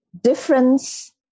difference